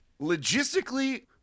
logistically